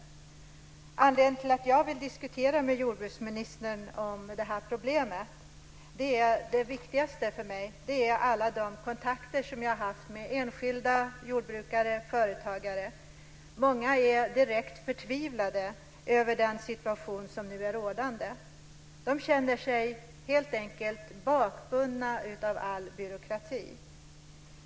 Den för mig viktigaste anledningen till att jag vill diskutera det här problemet med jordbruksministern är alla de kontakter som jag har haft med enskilda jordbrukare och företagare. Många är direkt förtvivlade över den situation som nu är rådande. De känner sig helt enkelt bakbundna av all byråkrati.